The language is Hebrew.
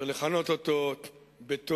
צריך לכנות אותו בתוארו,